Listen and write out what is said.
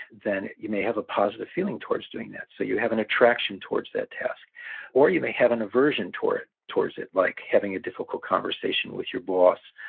then you may have a positive feeling towards doing that. so, you have an attraction towards that task or you may have an aversion towards towards it, like having a difficult conversation with your boss,